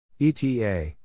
ETA